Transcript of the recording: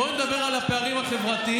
למה לא בשלה העת?